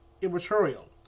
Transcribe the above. immaterial